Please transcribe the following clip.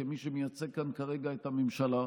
כמי שמייצג כאן כרגע את הממשלה.